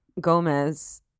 Gomez